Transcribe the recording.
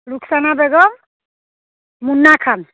Rukhsana Begum Munna Khan